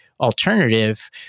alternative